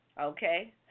okay